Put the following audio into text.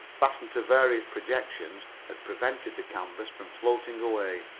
fastened to various projections, had prevented the canvas from floating away.